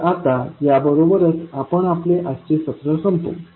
तर आता याबरोबरच आपण आपले आजचे सत्र संपवू